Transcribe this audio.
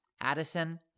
Addison